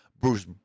Bruce